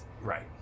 right